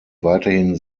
weiterhin